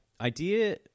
Idea